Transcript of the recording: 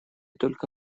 только